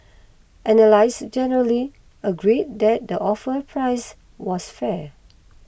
analysts generally agreed that the offer price was fair